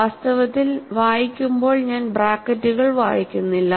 വാസ്തവത്തിൽ വായിക്കുമ്പോൾ ഞാൻ ബ്രാക്കറ്റുകൾ വായിക്കുന്നില്ല